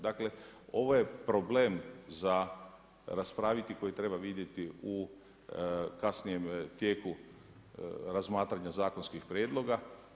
Dakle ovo je problem za raspraviti koji treba vidjeti u kasnijem tijeku razmatranja zakonskih prijedloga.